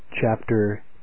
chapter